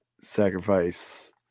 sacrifice